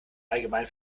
allgemein